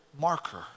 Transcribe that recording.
marker